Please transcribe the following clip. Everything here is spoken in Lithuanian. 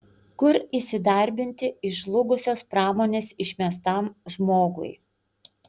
kur įsidarbinti iš žlugusios pramonės išmestam žmogui